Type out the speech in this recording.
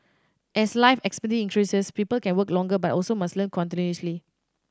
as life expectancy increases people can work longer but must also learn continuously